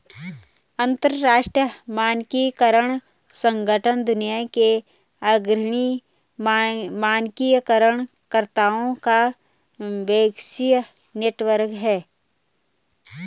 अंतर्राष्ट्रीय मानकीकरण संगठन दुनिया के अग्रणी मानकीकरण कर्ताओं का वैश्विक नेटवर्क है